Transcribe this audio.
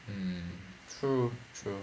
mm true true